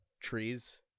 trees